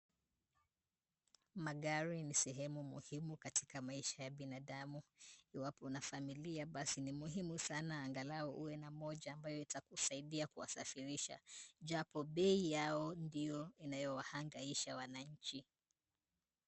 Magari ni sehemu muhimu katika maisha ya binadamu, Iwapo una familia basi ni muhimu sana angalau uwe na moja ambayo itakusaidia kuwasafirisha, japo bei yao ndiyo inayowahangaisha wananchi.